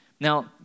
Now